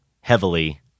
heavily